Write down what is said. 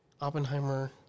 Oppenheimer